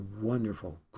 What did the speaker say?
wonderful